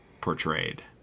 portrayed